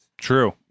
True